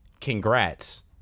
Congrats